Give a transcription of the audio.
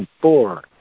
four